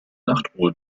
nachtruhe